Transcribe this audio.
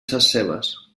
sescebes